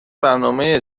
برنامه